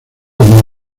del